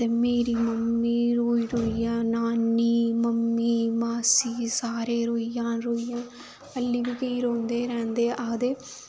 ते मेरी मम्मी रोई रोइयै नानी मम्मी मासी सारे रोई जान रोई जान अल्ली गै केईं रौंदे आखदे